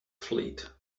fleet